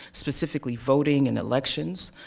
specifically voting and elections,